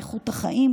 באיכות החיים,